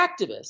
activists